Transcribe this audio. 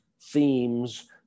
themes